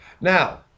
Now